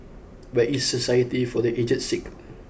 where is Society for the Aged Sick